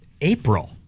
April